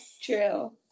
true